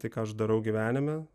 tai ką aš darau gyvenime